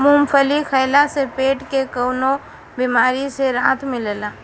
मूंगफली खइला से पेट के कईगो बेमारी से राहत मिलेला